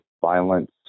violence